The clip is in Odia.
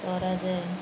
କରାଯାଏ